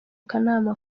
kanama